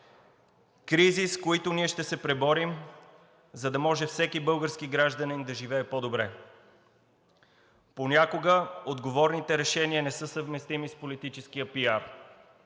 кризи, с които ние ще се преборим, за да може всеки български гражданин да живее по добре. Понякога отговорните решения не са съвместими с политическия пиар,